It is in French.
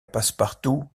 passepartout